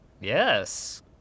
Yes